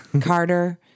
Carter